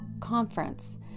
Conference